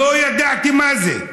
לא ידעתי מה זה.